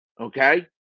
okay